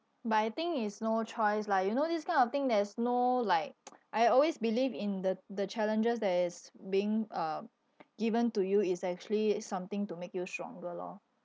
but I think is no choice lah you know this kind of thing there's no like I always believe in the the challenges that is being uh given to you is actually something to make you stronger lor